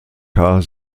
car